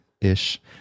ish